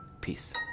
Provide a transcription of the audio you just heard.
Peace